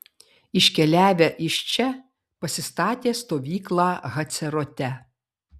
iškeliavę iš čia pasistatė stovyklą hacerote